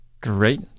Great